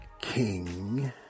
king